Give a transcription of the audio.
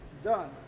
Done